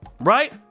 Right